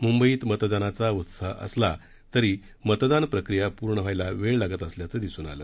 मुंबईत मतदानाचा उत्साह असला तरीही मतदान प्रक्रिया पूर्ण व्हायला वेळ लागत असल्याचं दिसून आलं